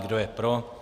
Kdo je pro?